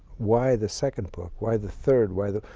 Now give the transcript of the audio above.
why the second book, why the third. why the